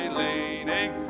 leaning